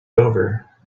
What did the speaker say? over